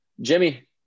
Jimmy